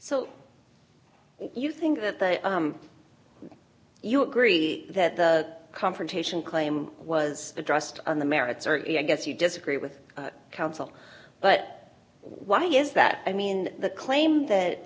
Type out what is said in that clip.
so you think that they you agree that the confrontation claim was addressed on the merits or i guess you disagree with counsel but why is that i mean the claim that